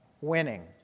winning